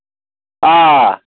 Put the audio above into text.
آ